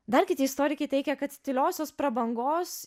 dar kiti istorikai teigia kad tyliosios prabangos